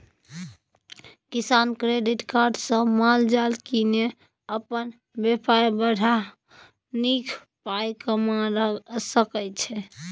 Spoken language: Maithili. किसान क्रेडिट कार्ड सँ माल जाल कीनि अपन बेपार बढ़ा नीक पाइ कमा सकै छै